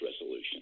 resolution